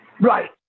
Right